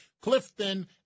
Clifton